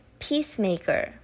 ，peacemaker